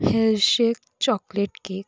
hershey's chocolate cake